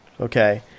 okay